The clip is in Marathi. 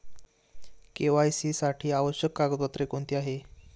के.वाय.सी साठी आवश्यक कागदपत्रे कोणती आहेत?